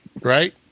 Right